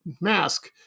mask